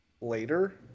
later